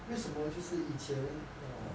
为什么就是以前 err